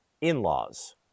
in-laws